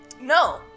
No